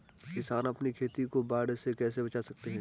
किसान अपनी खेती को बाढ़ से कैसे बचा सकते हैं?